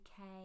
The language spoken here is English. UK